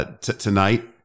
Tonight